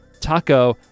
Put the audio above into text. Taco